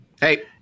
Hey